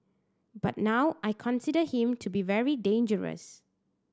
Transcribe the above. but now I consider him to be very dangerous